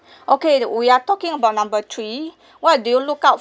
okay the we are talking about number three what do you look out